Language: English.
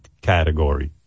category